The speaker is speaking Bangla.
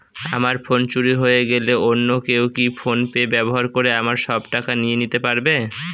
আমার ফোন চুরি হয়ে গেলে অন্য কেউ কি ফোন পে ব্যবহার করে আমার সব টাকা নিয়ে নিতে পারবে?